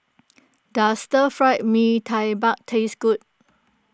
does Stir Fried Mee Tai Mak taste good